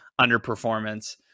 underperformance